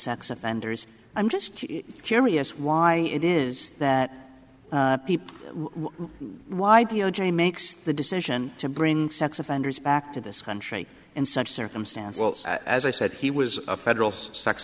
sex offenders i'm just curious why it is that people why d o j makes the decision to bring sex offenders back to this country in such circumstances as i said he was a federal sex